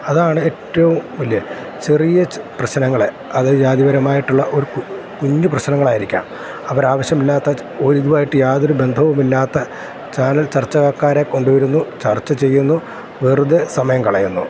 അതാണ് ഏറ്റവും വലിയ ചെറിയ പ്രശ്നങ്ങളെ അത് ജാതിപരമായിട്ടുള്ള ഒരു കുഞ്ഞു പ്രശ്നങ്ങളായിരിക്കാം അവർ ആവശ്യമില്ലാത്ത ഒരു ഇതുവായിട്ട് യാതൊരു ബന്ധവുമില്ലാത്ത ചാനൽ ചർച്ചക്കാരെ കൊണ്ട് വരുന്നു ചർച്ച ചെയ്യുന്നു വെറുതെ സമയം കളയുന്നു